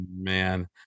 man